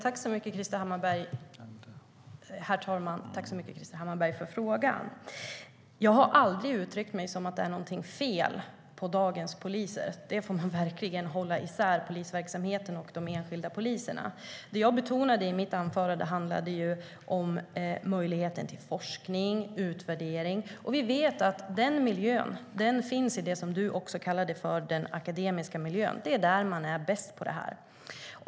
Herr talman! Tack så mycket för frågan, Krister Hammarbergh. Jag har aldrig uttryckt mig som att det är någonting fel på dagens poliser. Man får verkligen hålla isär polisverksamheten och de enskilda poliserna. Det jag betonade i mitt anförande handlade om möjligheten till forskning och utvärdering. Vi vet att den miljön finns i det du kallade för den akademiska miljön. Det är där man är bäst på detta.